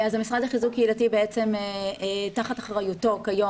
המשרד לחיזוק קהילתי תחת אחריותו כיום